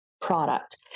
product